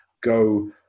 go